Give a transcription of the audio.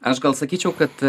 aš gal sakyčiau kad